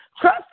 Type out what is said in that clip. trust